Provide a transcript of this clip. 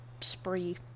spree